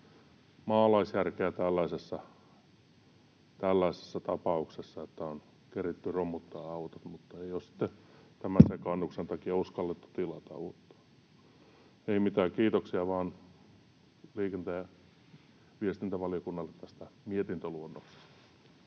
maalaisjärkeä tällaisessa tapauksessa, että on keritty romuttamaan autot mutta ei ole sitten tämän sekaannuksen takia uskallettu tilata uutta. Ei mitään, kiitoksia vaan liikenne- ja viestintävaliokunnalle tästä mietintöluonnoksesta.